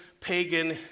pagan